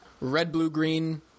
red-blue-green